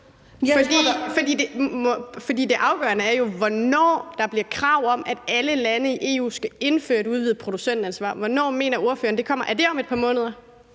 Det afgørende er jo, hvornår der kommer et krav om, at alle lande i EU skal indføre et udvidet producentansvar. Hvornår mener ordføreren det kommer? Er det om et par måneder?